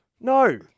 No